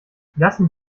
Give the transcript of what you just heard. lassen